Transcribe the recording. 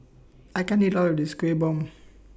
I can't eat All of This Kuih Bom